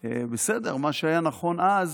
בסדר, מה שהיה נכון אז,